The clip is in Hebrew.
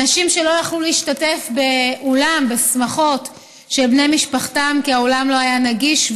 אנשים לא יכלו להשתתף בשמחות של בני משפחתם כי האולם לא היה נגיש,